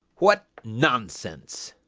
what nonsense!